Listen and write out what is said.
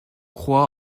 croît